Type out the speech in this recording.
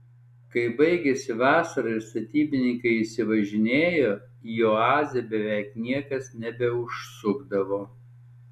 kai baigėsi vasara ir statybininkai išsivažinėjo į oazę beveik niekas nebeužsukdavo